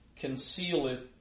concealeth